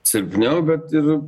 silpniau bet ir